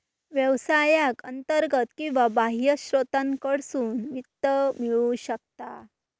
व्यवसायाक अंतर्गत किंवा बाह्य स्त्रोतांकडसून वित्त मिळू शकता